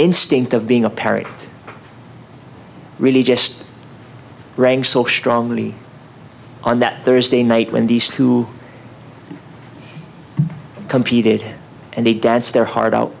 instinct of being a parent it really just rang so strongly on that thursday night when these two competed and they dance their heart out